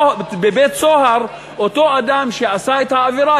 בבית-הסוהר אותו אדם שעשה את העבירה,